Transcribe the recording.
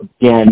again